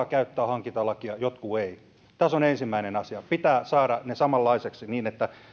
käyttää hankintalakia jotkut eivät tässä on ensimmäinen asia pitää saada ne samanlaisiksi niin että